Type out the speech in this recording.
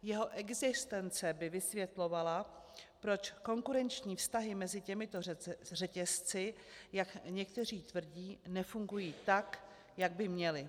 Jeho existence by vysvětlovala, proč konkurenční vztahy mezi těmito řetězci, jak někteří tvrdí, nefungují tak, jak by měly.